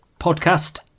podcast